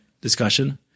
discussion